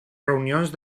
reunions